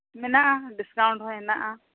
ᱢᱮᱱᱟᱜᱼᱟ ᱰᱤᱥᱠᱟᱣᱩᱱᱴ ᱦᱚᱸ ᱦᱮᱱᱟᱜᱼᱟ